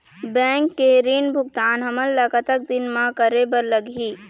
Bank के ऋण भुगतान हमन ला कतक दिन म करे बर लगही?